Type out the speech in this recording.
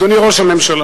אדוני ראש הממשלה,